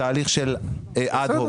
בתהליך של אד הוק.